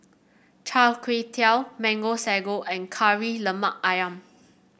Chai Tow Kuay Mango Sago and Kari Lemak ayam